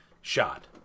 Shot